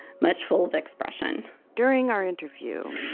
much full expression during our interview,